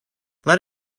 let